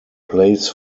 plays